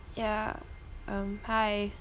yeah mm hi